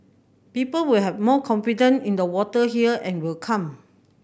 people will have more confidence in the water here and will come